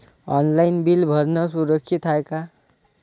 Online bill भरनं सुरक्षित हाय का?